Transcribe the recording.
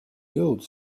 jõudu